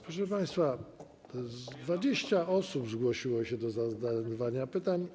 Proszę państwa, 20 osób zgłosiło się do zadania pytania.